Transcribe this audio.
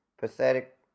pathetic